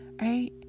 Right